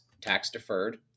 tax-deferred